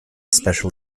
special